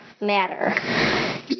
matter